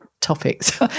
topics